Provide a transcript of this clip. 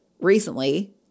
recently